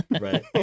right